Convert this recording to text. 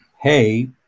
hey